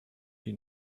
she